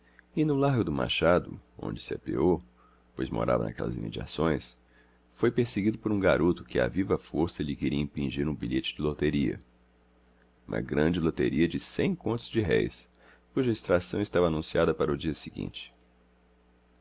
e no largo do machado onde se apeou pois morava naquelas imediações foi perseguido por um garoto que à viva força lhe queria impingir um bilhete de loteria uma grande loteria de cem contos de réis cuja extração estava anunciada para o dia seguinte